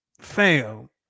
fail